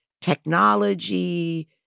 technology